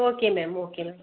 okay ma'am okay ma'am